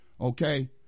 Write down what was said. okay